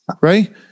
right